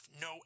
no